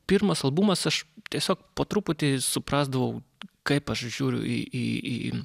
pirmas albumas aš tiesiog po truputį suprasdavau kaip aš žiūriu į į į